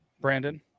Brandon